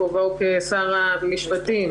בכובעו כשר המשפטים,